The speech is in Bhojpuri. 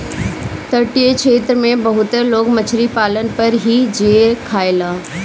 तटीय क्षेत्र में बहुते लोग मछरी पालन पर ही जिए खायेला